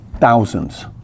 Thousands